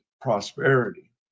prosperity